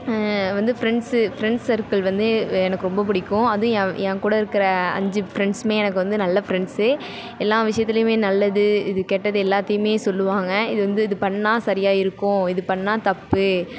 வந்து friends friend circle வந்து எனக்கு ரொம்ப பிடிக்கும் அதுவும் என் என் கூட இருக்கிற அஞ்சு ஃப்ரெண்ட்ஸ்மே எனக்கு வந்து நல்ல ஃப்ரெண்ட்ஸ்ஸு எல்லா விஷயத்திலயுமே நல்லது இது கெட்டது எல்லாத்தையுமே சொல்லுவாங்க இது வந்து இது பண்ணிணா சரியாக இருக்கும் இது பண்ணிணா தப்பு